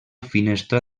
finestra